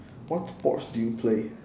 what sports do you play